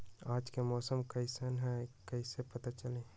आज के मौसम कईसन हैं कईसे पता चली?